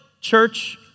church